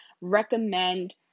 recommend